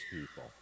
people